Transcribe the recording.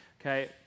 okay